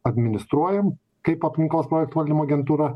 administruojam kaip aplinkos projektų valdymo agentūra